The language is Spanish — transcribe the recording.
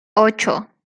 ocho